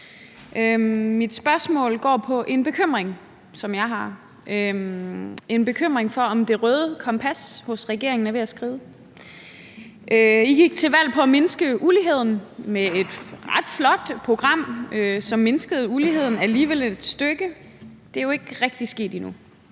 Mit spørgsmål går på en bekymring, som jeg har – en bekymring for, om det røde kompas hos regeringen er ved at skride. I gik til valg på at mindske uligheden med et ret flot program, som mindskede uligheden et stykke, men det er jo ikke rigtig sket endnu.